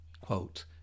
quote